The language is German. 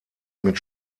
mit